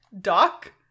Doc